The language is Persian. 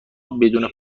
بدون